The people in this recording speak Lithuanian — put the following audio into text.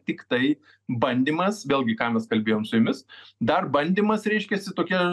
tiktai bandymas vėlgi ką mes kalbėjom su jumis dar bandymas reiškiasi tokia